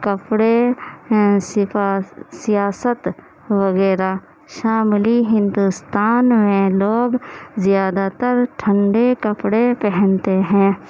کپڑے سیاست وغیرہ شمالی ہندوستان میں لوگ زیادہ تر ٹھنڈے کپڑے پہنتے ہیں